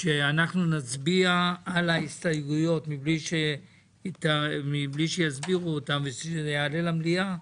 שאנחנו נצביע על ההסתייגויות מבלי שיסבירו אותן ושזה יעלה למליאה,